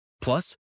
Plus